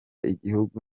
igihugu